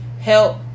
help